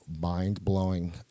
Mind-blowing